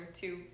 two